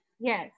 Yes